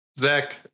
Zach